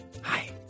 Hi